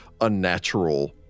unnatural